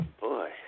boy